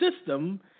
system